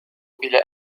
إلى